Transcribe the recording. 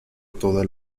toda